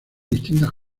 distintas